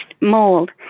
mold